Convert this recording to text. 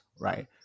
right